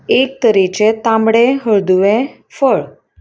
एक तरेचे तांबडे हळदुवें फळ